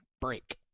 break